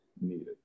needed